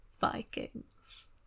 Vikings